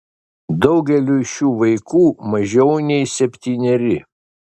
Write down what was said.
daugeliui šių vaikų mažiau nei septyneri